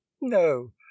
no